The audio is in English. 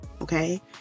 Okay